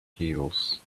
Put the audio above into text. heels